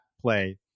play